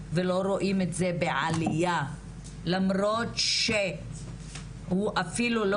ולא רואים את זה בעליה למרות שהוא אפילו לא